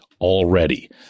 already